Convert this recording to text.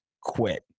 quit